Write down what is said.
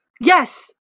yes